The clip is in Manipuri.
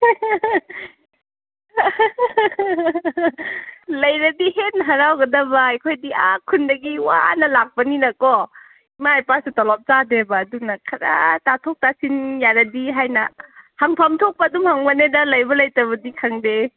ꯂꯩꯔꯗꯤ ꯍꯦꯟꯅ ꯍꯔꯥꯎꯒꯗꯕ ꯑꯩꯈꯣꯏꯗꯤ ꯑꯥ ꯈꯨꯟꯗꯒꯤ ꯋꯥꯅ ꯂꯥꯛꯄꯅꯤꯅꯀꯣ ꯏꯃꯥ ꯏꯄꯥꯁꯨ ꯇꯣꯂꯣꯞ ꯆꯥꯗꯦꯕ ꯑꯗꯨꯅ ꯈꯔ ꯇꯥꯊꯣꯛ ꯇꯥꯁꯤꯟ ꯌꯥꯔꯗꯤ ꯍꯥꯏꯅ ꯍꯪꯐꯝ ꯊꯣꯛꯄ ꯑꯗꯨꯝ ꯍꯪꯕꯅꯤꯗ ꯂꯩꯕ ꯂꯩꯇꯕꯗꯤ ꯈꯪꯗꯦ